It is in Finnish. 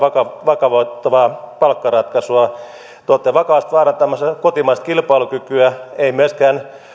vakauttavaa palkkaratkaisua te olette vakavasti vaarantamassa kotimaista kilpailukykyä ei myöskään